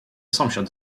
sąsiad